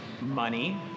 money